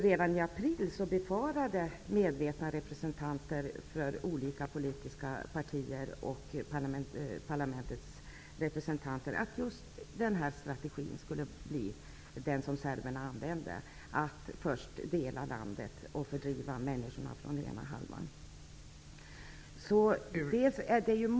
Redan i april befarade medvetna representanter för olika politiska partier och parlamentets representanter att serberna just skulle använda strategin att först dela landet och sedan fördriva människorna från den ena halvan.